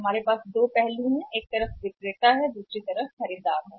हमारे पास दो पक्ष हैं एक विक्रेता है और दूसरा खरीदार सही है